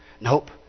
Nope